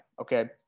okay